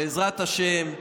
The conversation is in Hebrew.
בעזרת השם,